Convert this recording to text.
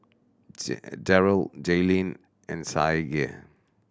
Darryll Jayleen and Saige